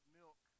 milk